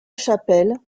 chapelle